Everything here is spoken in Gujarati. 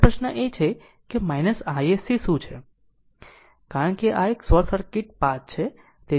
હવે પ્રશ્ન એ છે કે isc શું છે કારણ કે આ એક શોર્ટ સર્કિટ પાથ છે